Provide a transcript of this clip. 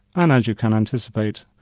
and as you can anticipate,